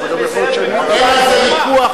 אין על זה ויכוח.